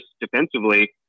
defensively